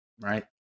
right